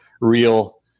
real